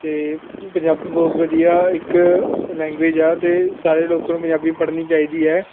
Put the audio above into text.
ਅਤੇ ਪੰਜਾਬੀ ਬਹੁਤ ਵਧੀਆ ਇੱਕ ਲੈਂਗੁਏਜ ਆ ਅਤੇ ਸਾਰੇ ਲੋਕਾਂ ਨੂੰ ਪੰਜਾਬੀ ਪੜ੍ਹਨੀ ਚਾਹੀਦੀ ਹੈ